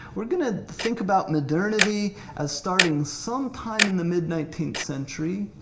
we're gonna think about modernity as starting some time in the mid nineteenth century,